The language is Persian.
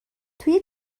توی